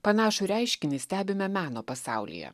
panašų reiškinį stebime meno pasaulyje